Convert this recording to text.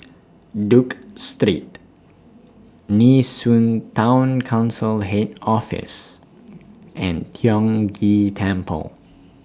Duke Street Nee Soon Town Council Head Office and Tiong Ghee Temple